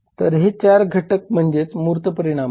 तर हे 4 थे घटक म्हणजे मूर्त परिमाण आहे